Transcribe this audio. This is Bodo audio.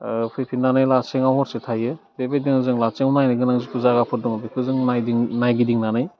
फैफिन्नानै लासेंयाव हरसे थायो बेबादिनो जोङो लासेङाव नायनो गोनां जिथु जायगाफोर दङ बेखौ जों नायदिं नायगिदिंनानै